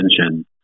attention